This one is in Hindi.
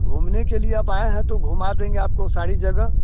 घूमने के लिए आप आएँ हैं तो घुमा देंगे आपको सारी जगह